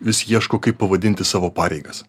vis ieško kaip pavadinti savo pareigas